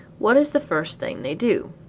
what is the first thing they do?